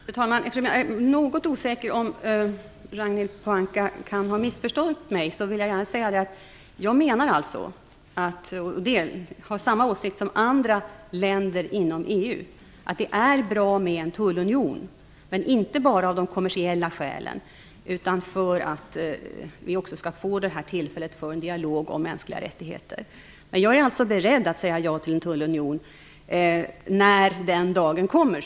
Fru talman! Eftersom jag är något osäker om Ragnhild Pohanka kan ha missförstått mig vill jag gärna säga att jag har samma åsikt som andra länder inom EU. Det är bra med en tullunion, men inte bara av de kommersiella skälen, utan för att vi också skall få tillfället att föra en dialog om mänskliga rättigheter. Jag är alltså beredd att säga ja till en tullunion när den dagen kommer.